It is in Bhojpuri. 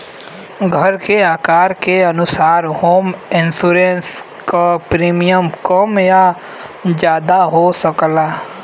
घर के आकार के अनुसार होम इंश्योरेंस क प्रीमियम कम या जादा हो सकला